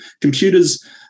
Computers